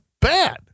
bad